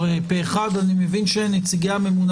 הצבעה בעד התקנות פה אחד הצעת תקנות סמכויות מיוחדות להתמודדות עם